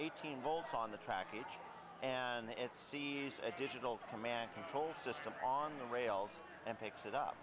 eighteen volts on the trackage and it sees a digital command control system on the rails and picks it up